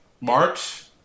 March